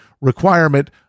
requirement